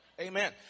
Amen